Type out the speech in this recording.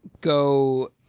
go